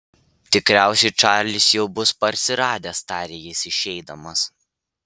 tikriausiai čarlis jau bus parsiradęs tarė jis išeidamas